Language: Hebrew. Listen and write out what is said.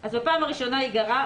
אז בפעם הראשונה ייגרע,